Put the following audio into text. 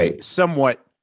somewhat